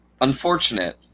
Unfortunate